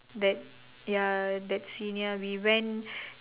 that ya that senior we went